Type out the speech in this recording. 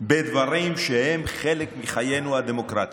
בדברים שהם חלק מחיינו הדמוקרטיים,